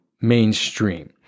mainstream